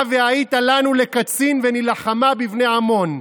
והייתה לנו לקצין ונלחמה בבני עמון.